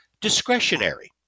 discretionary